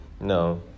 No